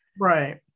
Right